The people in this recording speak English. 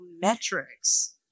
metrics